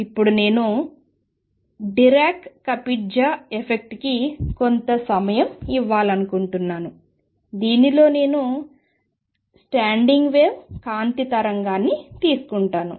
ఇప్పుడు నేను కూడా డిరాక్ కపిట్జా ఎఫెక్ట్కి కొంత సమయం ఇవ్వాలనుకుంటున్నాను దీనిలో నేను స్టాండింగ్ వేవ్ కాంతి తరంగాన్ని తీసుకుంటాను